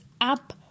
up